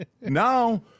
Now